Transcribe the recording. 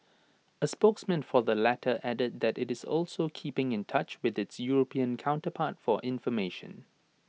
A spokesman for the latter added that IT is also keeping in touch with its european counterpart for information